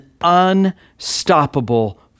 unstoppable